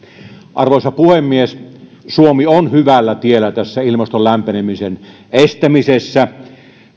arvoisa puhemies suomi on hyvällä tiellä tässä ilmaston lämpenemisen estämisessä